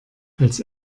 als